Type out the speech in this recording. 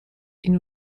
این